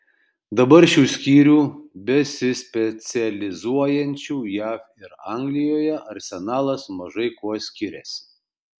dabar šių skyrių besispecializuojančių jav ir anglijoje arsenalas mažai kuo skiriasi